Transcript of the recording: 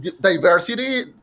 diversity